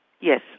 Yes